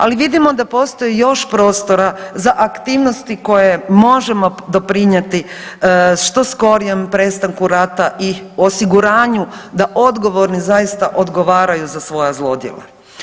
Ali vidimo da postoji još prostora za aktivnosti koje možemo doprinijeti što skorijem prestanku rata i osiguranju da odgovorni zaista odgovaraju za svoja zlodjela.